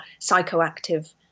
psychoactive